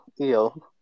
EO